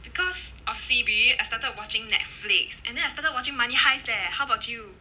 because of C_B I started watching Netflix and then I started watching money heist leh how about you